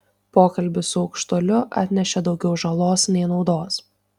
pokalbis su aukštuoliu atnešė daugiau žalos nei naudos